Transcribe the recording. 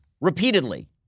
repeatedly